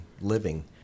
living